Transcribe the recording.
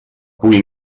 pugui